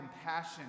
compassion